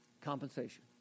compensation